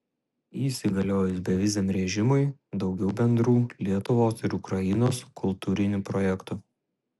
įsigaliojus beviziam režimui daugiau bendrų lietuvos ir ukrainos kultūrinių projektų